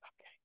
Okay